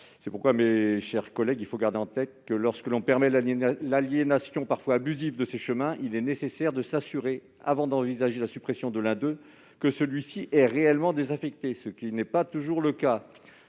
C'est pourquoi, mes chers collègues, il faut garder en tête que, lorsque l'on permet l'aliénation parfois abusive de ces chemins, il est nécessaire de s'assurer, avant d'envisager la suppression de l'un d'eux, que celui-ci est réellement désaffecté, ce qui n'est pas toujours le cas.